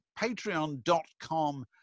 patreon.com